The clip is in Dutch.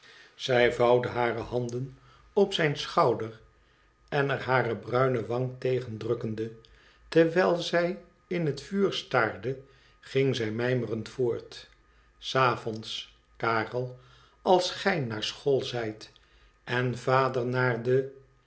zij vouwde hare handen op zijn schouder en er hare bruine wang tegen drukkende terwijl zij in het vuur staarde ging zij mijmerend voort s avonds karel als gij naar school zijt en vader naar de